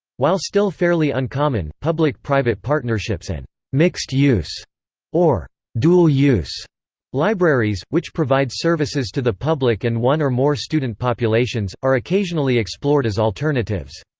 while still fairly uncommon, public-private partnerships and mixed-use or dual-use libraries, which provide services to the public and one or more student populations, are occasionally explored as alternatives.